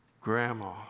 Grandma